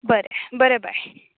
बरें बरें बाय